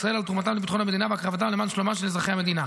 ישראל על תרומתם לביטחון המדינה והקרבתם למען שלומם של אזרחי המדינה.